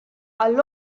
għall